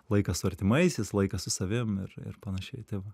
laikas su artimaisiais laikas su savim ir panašiai tai va